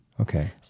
Okay